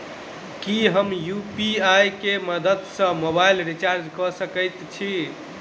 की हम यु.पी.आई केँ मदद सँ मोबाइल रीचार्ज कऽ सकैत छी?